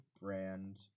brand